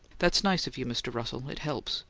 that's nice of you, mr. russell. it helps.